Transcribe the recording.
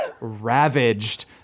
ravaged